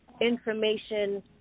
information